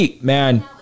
Man